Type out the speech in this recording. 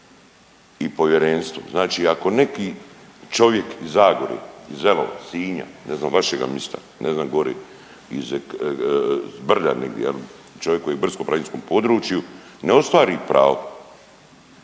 i povjerenstvu. Znači, ako neki čovjek iz Zagore, iz …/Govornik se ne razumije./… Sinja, ne znam vašega mista, ne znam gore iz brda negdje, čovjek koji je u brdsko-planinskom području ne ostvari pravo